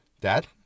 Dad